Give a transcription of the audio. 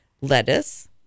lettuce